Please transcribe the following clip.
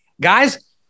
Guys